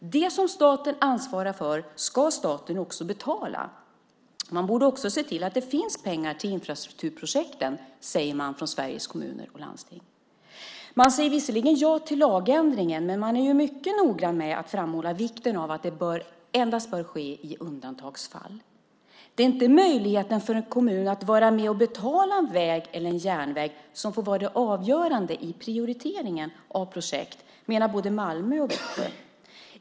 Det som staten ansvarar för ska staten också betala. Man borde också se till att det finns pengar till infrastrukturprojekten, säger man från Sveriges Kommuner och Landsting. Man säger visserligen ja till lagändringen, men man är mycket noggrann med att framhålla vikten av att det bör ske endast i undantagsfall. Det är inte möjligheten för en kommun att vara med och betala en väg eller en järnväg som får vara det avgörande i prioriteringen av projekt, menar man bland annat i Malmö.